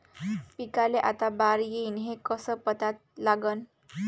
पिकाले आता बार येईन हे कसं पता लागन?